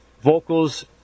Vocals